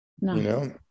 No